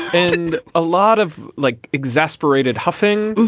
and a lot of like exasperated huffing.